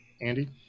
Andy